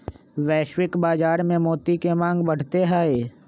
वैश्विक बाजार में मोती के मांग बढ़ते हई